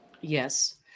Yes